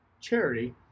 charity